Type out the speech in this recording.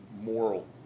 moral